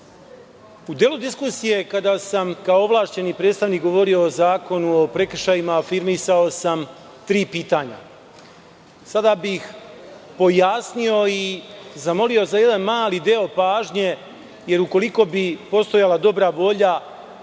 u delu diskusije kada sam kao ovlašćeni predstavnik govorio o Zakonu o prekršajima afirmisao sam tri pitanja. Sada bih da ih pojasnim i zamolio bih za jedan mali deo pažnje, jer, ukoliko bi postojala dobra volja,